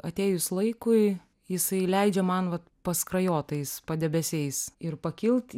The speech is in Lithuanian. atėjus laikui jisai leidžia man vat paskrajot tais padebesiais ir pakilt